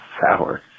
sour